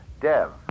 DEV